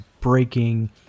Breaking